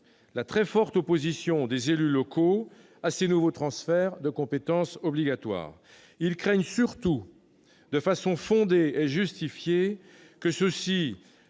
la très forte opposition des élus locaux à ces nouveaux transferts de compétences obligatoires. Ceux-ci craignent surtout, de façon fondée et justifiée, que ces